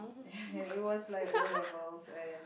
it was like O-levels and